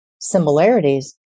similarities